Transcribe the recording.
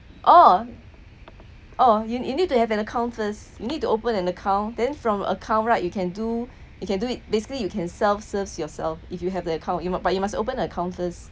oh oh you you need to have an account first you need to open an account then from account right you can do you can do it basically you can self serves yourself if you have the account you mu~ but you must open account first